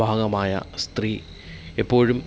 ഭാഗമായ സ്ത്രീ എപ്പോഴും